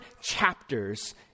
chapters